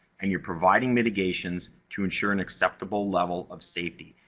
and you're providing mitigations to ensure an acceptable level of safety.